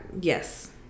yes